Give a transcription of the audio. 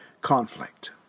conflict